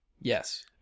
Yes